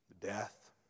death